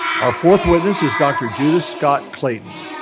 our fourth witness is dr. judith scott-clayton,